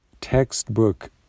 textbook